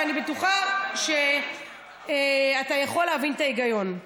ואני בטוחה שאתה יכול להבין את ההיגיון.